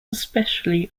especially